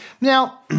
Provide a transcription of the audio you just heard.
Now